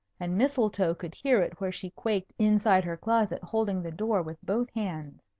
and mistletoe could hear it where she quaked inside her closet holding the door with both hands.